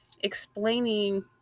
explaining